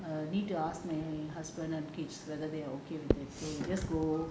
err need to ask my husband and kids whether they are okay with that so just go